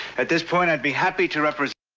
at thisoint, i'd be happy to represent